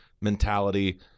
mentality